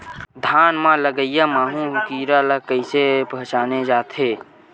धान म लगईया माहु कीरा ल कइसे पहचाने जाथे?